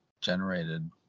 generated